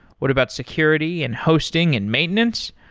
what about security and hosting and maintenance?